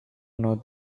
know